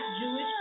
Jewish